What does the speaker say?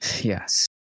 Yes